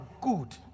good